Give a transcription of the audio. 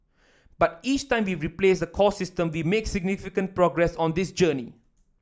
but each time we replace a core system we make significant progress on this journey